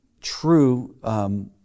true